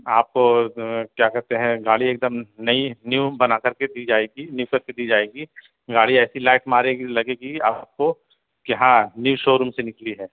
آپ کیا کہتے ہیں گاڑی ایک دم نئی نیو بنا کر کے دی جائے گی نیو کر کے دی جائے گی گاڑی ایسی لائٹ مارے گی لگے گی آپ کو کہ ہاں نیو شو روم سے نکلی ہے